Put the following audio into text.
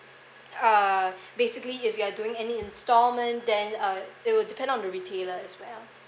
uh basically if you are doing any instalment then uh it would depend on the retailer as well